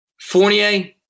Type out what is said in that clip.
Fournier